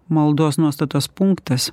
maldos nuostatos punktas